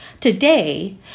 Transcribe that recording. Today